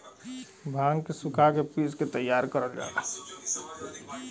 भांग के सुखा के पिस के तैयार करल जाला